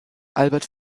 albert